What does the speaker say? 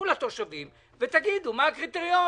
מול התושבים ותגידו מה הקריטריון